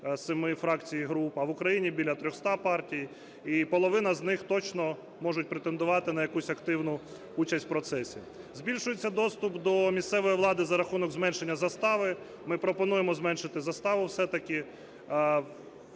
семи фракцій і груп, а в Україні біля 300 партій, і половина з них точно можуть претендувати на якусь активну участь в процесі. Збільшується доступ до місцевої влади за рахунок зменшення застави. Ми пропонуємо зменшити заставу все-таки